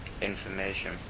information